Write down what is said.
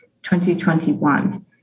2021